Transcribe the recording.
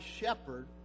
shepherd